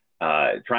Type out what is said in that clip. trying